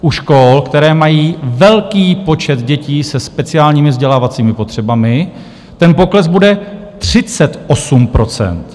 U škol, které mají velký počet dětí se speciálními vzdělávacími potřebami, ten pokles bude 38 %.